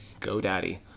GoDaddy